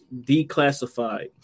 Declassified